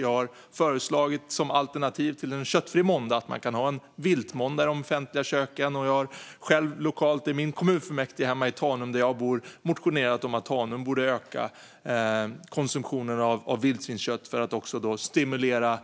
Jag har föreslagit att man som alternativ till en köttfri måndag kan ha en viltmåndag i de offentliga köken. Jag har också själv lokalt i mitt kommunfullmäktige hemma i Tanum, där jag bor, motionerat om att Tanum borde öka konsumtionen av vildsvinskött för att stimulera